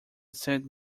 saint